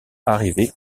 arriver